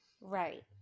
Right